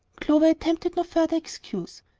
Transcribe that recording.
clover attempted no further excuse.